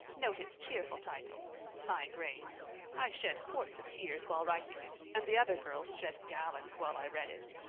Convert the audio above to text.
note its cheerful title my graves i shed quarts of tears while writing it, and the other girls shed gallons while i read it.